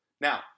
Now